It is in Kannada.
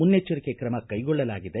ಮುನ್ನೆಜ್ಜರಿಕೆ ತ್ರಮ ಕೈಗೊಳ್ಳಲಾಗಿದೆ